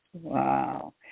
Wow